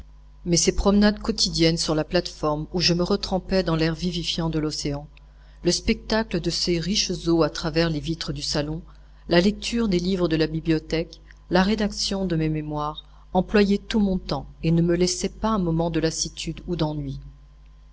mais ces promenades quotidiennes sur la plate-forme où je me retrempais dans l'air vivifiant de l'océan le spectacle de ces riches eaux à travers les vitres du salon la lecture des livres de la bibliothèque la rédaction de mes mémoires employaient tout mon temps et ne me laissaient pas un moment de lassitude ou d'ennui